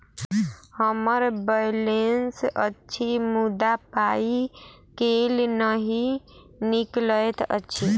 हम्मर बैलेंस अछि मुदा पाई केल नहि निकलैत अछि?